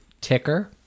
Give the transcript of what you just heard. Ticker